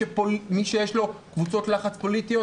מי שיש לו קבוצות לחץ פוליטיות,